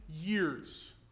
years